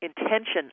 intention